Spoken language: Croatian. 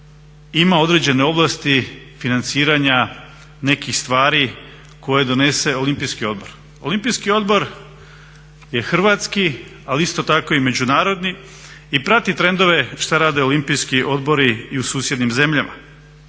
ima određene ovlasti financiranja nekih stvari koje donese olimpijski odbor. Olimpijski odbor je hrvatski, ali isto tako i međunarodni i prati trendove što rade olimpijski odbori i u susjednim zemljama.